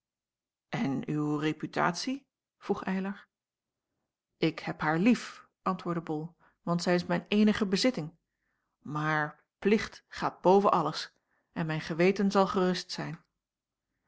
en uw reputatie vroeg eylar ik heb haar lief antwoordde bol want zij is mijn eenige bezitting maar plicht gaat boven alles en mijn geweten zal gerust zijn